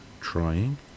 trying